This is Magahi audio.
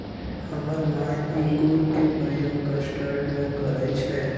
हमर माय इंगूर के प्रयोग कस्टर्ड में करइ छै